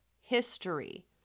history